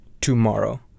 tomorrow